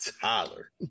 Tyler